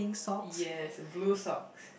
yes blue socks